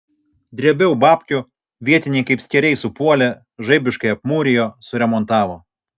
drėbiau babkių vietiniai kaip skėriai supuolė žaibiškai apmūrijo suremontavo